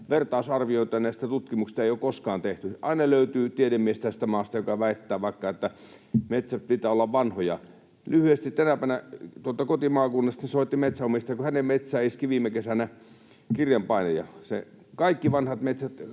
vertausarviota näistä tutkimuksista ei ole koskaan tehty. Aina löytyy tiedemies tästä maasta, joka väittää vaikka, että metsien pitää olla vanhoja. Lyhyesti: Tänäpänä tuolta kotimaakunnastani soitti metsänomistaja. Kun hänen metsäänsä iski viime kesänä kirjanpainaja, kaikki vanhat metsät